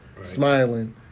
smiling